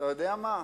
אתה יודע מה,